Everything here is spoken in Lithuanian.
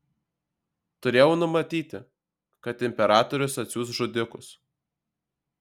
turėjau numatyti kad imperatorius atsiųs žudikus